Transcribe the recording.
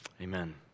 amen